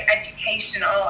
educational